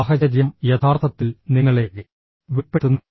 സാഹചര്യം യഥാർത്ഥത്തിൽ നിങ്ങളെ വെളിപ്പെടുത്തുന്നു